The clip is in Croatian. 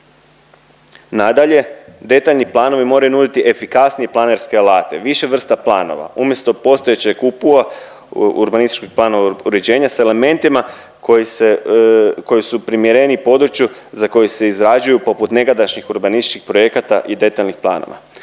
Nadalje, detaljni planovi moraju nuditi efikasnije planerske alate, više vrsta planova umjesto postojećeg UPU-a urbanističkog plana uređenja s elementima koji se, koji su primjereniji području za koji se izrađuju poput nekadašnjih urbanističkih projekata i detaljnih planova.